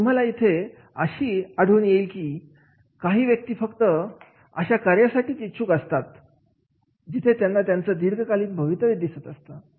मग तुम्हाला इथे अशी आठवण येईल की काही व्यक्ती फक्त अशा कार्यासाठी इच्छुक असतात जिथे त्यांना त्यांचं दीर्घकालीन भवितव्य दिसत असतं